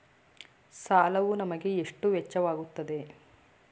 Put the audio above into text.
ಸಾಲವು ನಿಮಗೆ ಎಷ್ಟು ವೆಚ್ಚವಾಗುತ್ತದೆ?